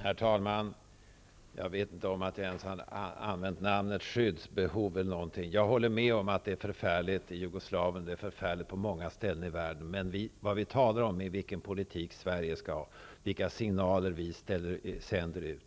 Herr talman! Jag vet inte om att jag ens har använt ordet skyddsbehov. Jag håller med om att det är förfärligt i Jugoslavien och att det är förfärligt på många ställen i världen. Men vi talar om vilken politik Sverige skall föra och vilka signaler vi sänder ut.